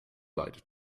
leide